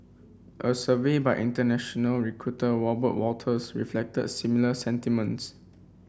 a survey by international recruiter Robert Walters reflected similar sentiments